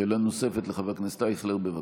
שאלה נוספת לחבר הכנסת אייכלר, בבקשה.